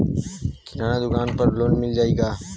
किराना दुकान पर लोन मिल जाई का?